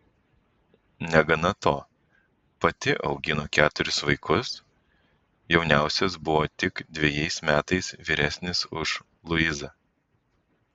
negana to pati augino keturis vaikus jauniausias buvo tik dvejais metais vyresnis už luizą